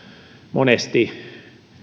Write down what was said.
monesti